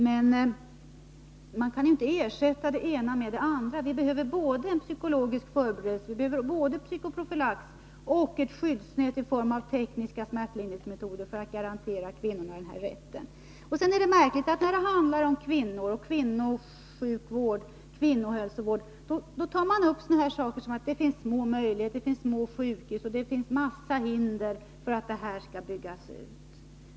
Men man kan inte ersätta det ena med det andra. Vi behöver både en psykologisk förberedelse, psykoprofylax, och ett skyddsnät i form av tekniska smärtlindringsmetoder för att garantera kvinnorna rätten till en smärtfri förlossning. Det är märkligt att man, när det handlar om kvinnor och deras sjukvård och hälsovård, anför sådana argument som att det finns små möjligheter på de små sjukhusen och att det föreligger en mängd andra hinder för att smärtlindringen skall kunna byggas ut.